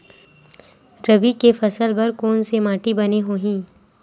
रबी के फसल बर कोन से माटी बने होही?